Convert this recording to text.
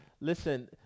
Listen